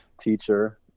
teacher